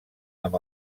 amb